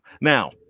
Now